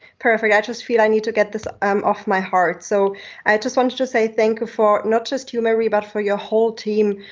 perfect, i just feel i need to get this um off my heart. so i just wanted to say thank you for not just you marie, but for your whole team.